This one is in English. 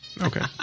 Okay